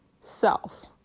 self